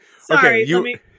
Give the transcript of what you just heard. Sorry